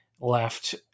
left